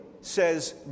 says